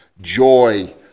joy